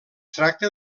tracta